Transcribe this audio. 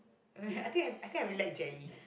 I will had I think I will like jelly